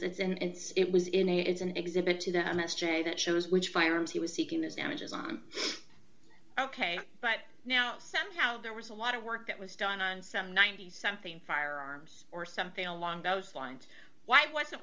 and it was in a it's an exhibit to the m s j that shows which firearms he was seeking those damages on ok but now somehow there was a lot of work that was done on some ninety something firearms or something along those lines why wasn't